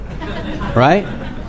Right